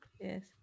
Yes